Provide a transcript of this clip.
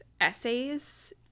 essays